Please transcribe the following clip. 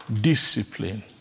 discipline